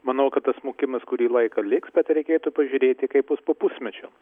manau kad tas smukimas kurį laiką liks bet reikėtų pažiūrėti kaip bus po pusmečio